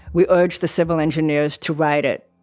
we urged the civil engineers to write it,